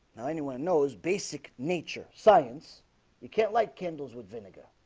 now anyone knows basic nature science you can't light candles with vinegar